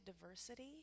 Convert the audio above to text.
diversity